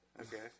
Okay